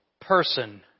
person